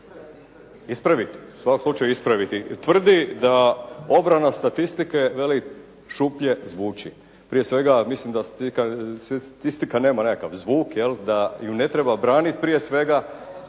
ispraviti u svakom slučaju ispraviti. Tvrdi da obrana statistike veli šuplje zvuči. Prije svega mislim da statistika nema nekakav zvuk jel', da ju ne treba braniti prije svega,